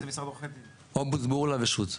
אני ממשרד עורכי דין אובוז, בורלא ושות'.